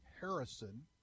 Harrison